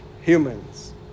humans